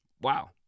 Wow